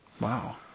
wow